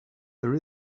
there